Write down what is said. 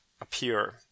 appear